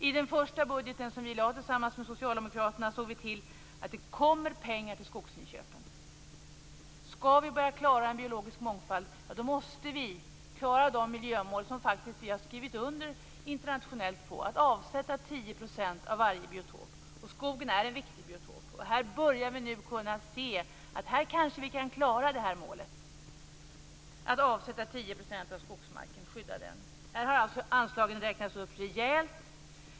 I den första budgeten som vi lade tillsammans med Socialdemokraterna såg vi till att det kommer pengar till skogsinköpen. Skall vi klara en biologisk mångfald måste vi klara de miljömål som vi faktiskt har skrivit under internationellt. Vi skrivit under på att avsätta 10 % av varje biotop. Skogen är en viktig biotop. Här börjar vi nu kunna se att vi kanske kan klara målet att avsätta 10 % av skogsmarken och skydda den. Anslagen har alltså räknats upp rejält.